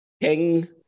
King